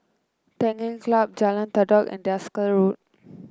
Tanglin Club Jalan Todak and Desker Road